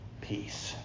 peace